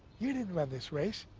you didn't run this race.